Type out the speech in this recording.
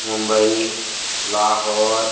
Mumbai Lahore